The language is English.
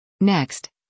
Next